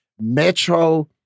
Metro